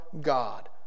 God